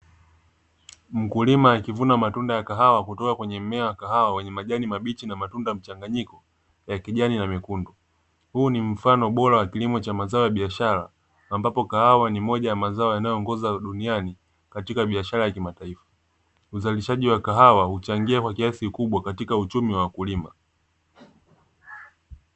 Mkulima akivuna matunda ya kahawa kutoa kwenye mmea wa kahawa wenye majani mabichi na matunda mchanganyiko ya kijani na mekundu. Huu ni mfano bora wa kilimo cha mazao ya biashara ambapo kahawa ni moja ya mazao yanayoongoza duniani katika biashara ya kimataifa. Uzalishaji wa kahawa huchangia kwa kiasi kikubwa katika uchumi wa wakulima.